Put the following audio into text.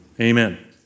Amen